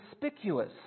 conspicuous